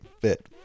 fit